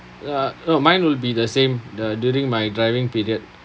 uh uh mine will be the same the during my driving period